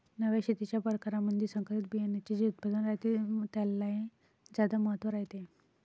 नव्या शेतीच्या परकारामंधी संकरित बियान्याचे जे उत्पादन रायते त्याले ज्यादा महत्त्व रायते